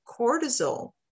cortisol